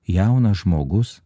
jaunas žmogus